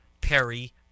perry